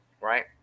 Right